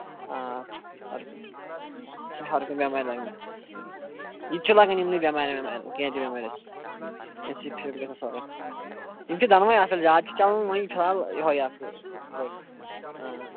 آ ہر کُنہِ یہِ چھُ ہر کُنہِ بٮ۪مارِ لَگان یہِ تہِ چھُ لگان یِمنٕے بٮ۪مارٮ۪ن وٮ۪مارٮ۪ن کیٚنٛہہ تہِ بٮ۪مٲرۍ ٲسِنۍ اَمہِ سۭتۍ فِٹ گژھان سورُے یِم چھِ دۄنوَے اَصٕل زیادٕ چھُ چلان وۄنۍ فِلحال یِہوٚے اکھ آ